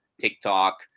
TikTok